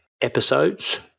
episodes